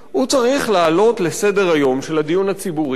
הוא צריך להעלות לסדר-היום שאלות,